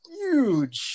huge